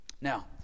Now